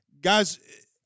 Guys